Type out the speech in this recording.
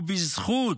ובזכות